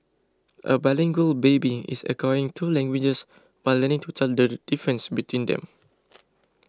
a bilingual baby is acquiring two languages while learning to tell the difference between them